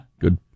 Good